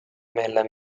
meil